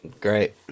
Great